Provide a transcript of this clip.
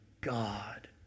God